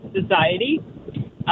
society